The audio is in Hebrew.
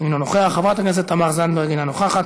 אינו נוכח, חברת הכנסת זהבה גלאון, אינה נוכחת,